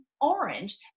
orange